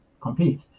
compete